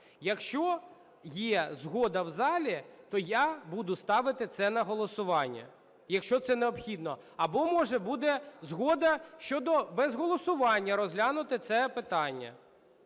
Якщо є згода в залі, то я буду ставити це на голосування, якщо це необхідно. Або, може, буде згода щодо без голосування розглянути це питання.